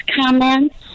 comments